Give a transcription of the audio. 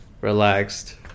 relaxed